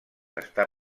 està